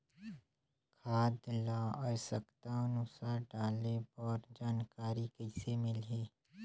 खाद ल आवश्यकता अनुसार डाले बर जानकारी कइसे मिलही?